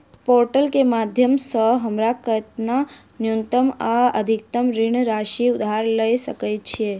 Portal केँ माध्यम सऽ हमरा केतना न्यूनतम आ अधिकतम ऋण राशि उधार ले सकै छीयै?